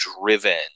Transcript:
driven